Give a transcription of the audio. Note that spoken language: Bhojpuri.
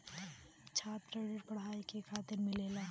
छात्र ऋण पढ़ाई के खातिर मिलेला